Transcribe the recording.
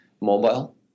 mobile